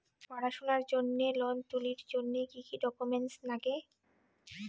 পড়াশুনার জন্যে লোন তুলির জন্যে কি কি ডকুমেন্টস নাগে?